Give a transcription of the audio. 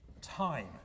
time